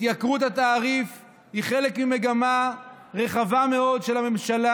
עליית התעריף היא חלק ממגמה רחבה מאוד של הממשלה,